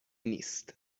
نیست